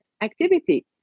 activity